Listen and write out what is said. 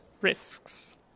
risks